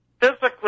Physically